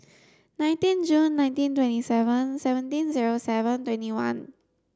nineteen June nineteen twenty seven seventeen zero seven twenty one